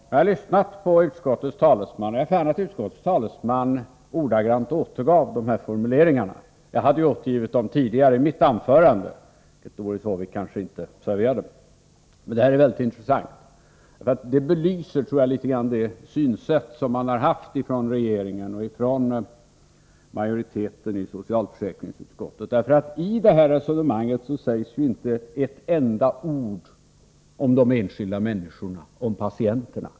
Jag har lyssnat på utskottets talesman, och jag noterade att utskottets talesman ordagrant återgav dessa formuleringar. Jag hade uppgivit dem tidigare i mitt anförande, men Doris Håvik kanske inte observerade det. Detta är mycket intressant, för det belyser det synsätt som regeringen och majoriteten i socialförsäkringsutskottet har. I detta resonemang sägs inte ett enda ord om de enskilda människorna, om patienterna.